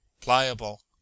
PLIABLE